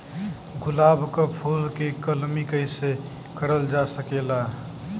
गुलाब क फूल के कलमी कैसे करल जा सकेला?